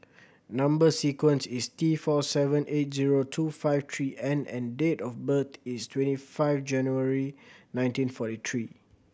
number sequence is T four seven eight zero two five three N and date of birth is twenty five January nineteen forty three